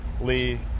Lee